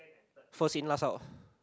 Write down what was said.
first in last out